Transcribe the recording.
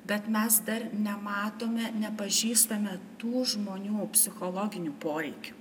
bet mes dar nematome nepažįstame tų žmonių psichologinių poreikių